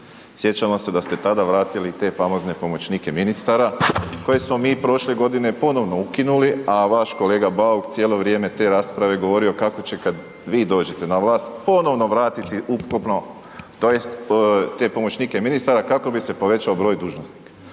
Sjećamo se da ste tada vratili te famozne pomoćnike ministara koje smo mi prošle godine ponovno ukinuli a vaš kolega Bauk cijelo vrijeme te rasprave govorio kako će kad vi dođete na vlast, ponovno vratiti ukupno tj. te pomoćnike ministara kako bi se povećao broj dužnosnika.